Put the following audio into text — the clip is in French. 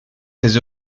ses